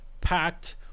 packed